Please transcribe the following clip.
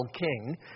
king